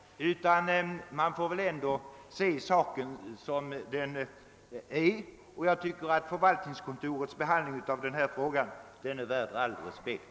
Vi får väl ändå se saken som den är, och jag tycker att den behandling som styrelsen för riksdagens förvaltningskontor givit denna fråga är värd all respekt.